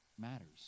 matters